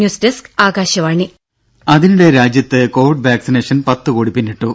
news desk Akashvani ദേദ അതിനിടെ രാജ്യത്ത് കോവിഡ് വാക്സിനേഷൻ പത്തുകോടി പിന്നിട്ടു